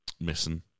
missing